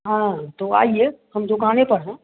हाँ तो आइए हम दुकान ही पर हैं